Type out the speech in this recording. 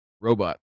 robot